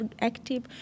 active